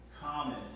common